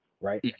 right